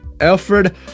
Alfred